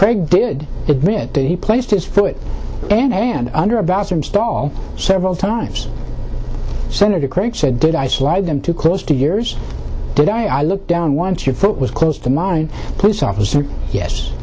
craig did admit that he placed his foot and hand under a bathroom stall several times senator craig said did i slide them too close to yours did i look down once your foot was close to mine police officer yes